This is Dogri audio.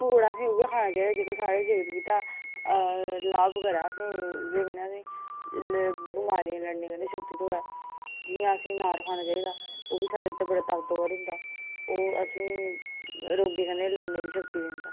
पकौड़ा असें उ'ऐ खाना चाहिदा जेह्का साढ़ी सेह्त गित्तै लाभ करै असेंई बमारियें कन्नै लड़ने दी शक्ति थ्होऐ जि'यां असें अनार खाना चाहिदा ओह्बी साढ़े आस्तै ताकतवर होंदा ओह् असेंगी रोगें कन्नै लड़ने दी शक्ति दिंदा